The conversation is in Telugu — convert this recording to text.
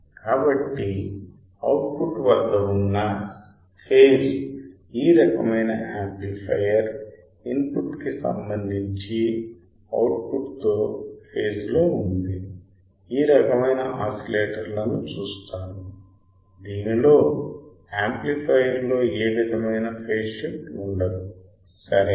కాబట్టి అవుట్ పుట్ వద్ద ఉన్న ఫేజ్ ఈ రకమైన యాంప్లిఫయర్ ఇన్పుట్ కి సంబంధించి అవుట్ పుట్ తో ఫేజ్ లో ఉంది ఈ రకమైన ఆసిలేటర్ లను చూస్తాము దీనిలో యాంప్లిఫయర్ లో ఏ విధమైన ఫేజ్ షిఫ్ట్ ఉండదు సరే